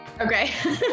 Okay